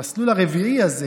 המסלול הרביעי הזה,